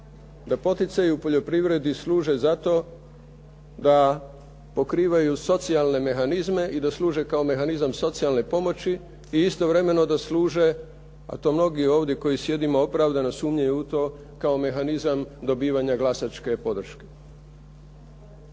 da poticaji u poljoprivredi služe za to da pokrivaju socijalne mehanizme i da služe kao mehanizam socijalne pomoći i istovremeno da služe, a to mnogi koji ovdje sjedimo opravdano sumnjaju u to, kao mehanizam dobivanja glasačke podrške.